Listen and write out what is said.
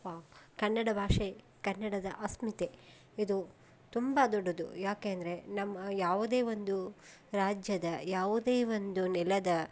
wow Kannada ಭಾಷೆ ಕನ್ನಡದ ಅಸ್ಮಿತೆ ಇದು ತುಂಬ ದೊಡ್ಡದು ಯಾಕೆ ಅಂದರೆ ನಮ್ಮ ಯಾವುದೇ ಒಂದು ರಾಜ್ಯದ ಯಾವುದೇ ಒಂದು ನೆಲದ